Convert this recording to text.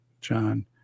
John